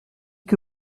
que